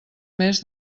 més